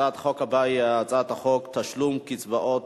הצעת החוק הבאה היא הצעת חוק תשלום קצבאות